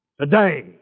today